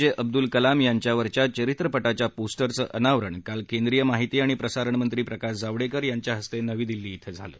जे अब्दुल कलाम यांच्यावरच्या चरित्रपटाच्या पोस्टरचं अनावरण काल केंद्रीय माहिती आणि प्रसारणमंत्री प्रकाश जावडेकर यांच्या हस्ते नवी दिल्ली इथं झालं